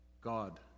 God